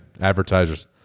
Advertisers